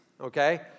okay